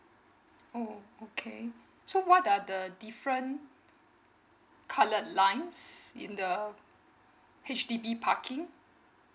oh okay so what are the different coloured lines in the H_D_B parking